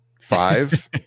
five